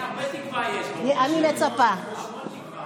תודה רבה, חברת הכנסת ביטון.